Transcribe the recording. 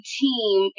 team